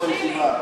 נתקבלה.